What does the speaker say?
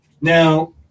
Now